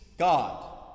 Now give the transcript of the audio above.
God